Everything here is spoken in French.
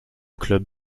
club